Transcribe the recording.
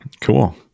Cool